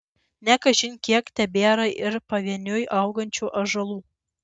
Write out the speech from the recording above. ne kažin kiek tebėra ir pavieniui augančių ąžuolų